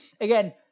again